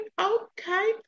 Okay